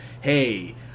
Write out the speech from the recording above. hey